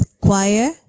choir